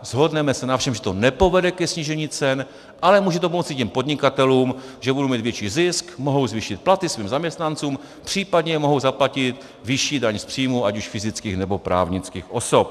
Shodneme se na tom, že to nepovede ke snížení cen, ale může to pomoci těm podnikatelům, že budou mít větší zisk, mohou zvýšit platy svým zaměstnancům, případně mohou zaplatit vyšší daň z příjmu ať už fyzických, nebo právnických osob.